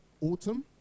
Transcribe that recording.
autumn